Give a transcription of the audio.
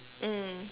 mm